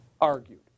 argued